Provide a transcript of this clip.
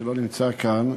שלא נמצא כאן,